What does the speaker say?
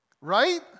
Right